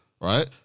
right